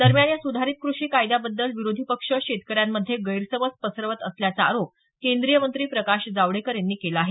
दरम्यान या सुधारित कृषी कायद्याबद्दल विरोधी पक्ष शेतकऱ्यांमध्ये गैरसमज पसरवत असल्याचा आरोप केंद्रीय मंत्री प्रकाश जावडेकर यांनी केला आहे